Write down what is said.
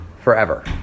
forever